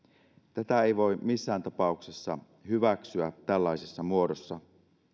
tätä ei voi missään tapauksessa hyväksyä tällaisessa muodossa